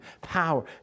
Power